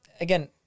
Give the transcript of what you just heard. again